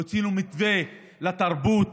הוצאנו מתווה לתרבות,